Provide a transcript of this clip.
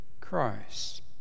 Christ